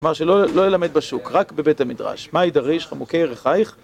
כלומר שלא ילמד בשוק, רק בבית המדרש. מה יידריש? חמוקי ירכייך?